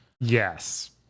Yes